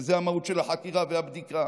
וזו המהות של החקירה והבדיקה.